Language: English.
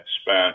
spent